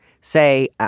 say